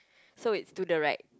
so it's to the right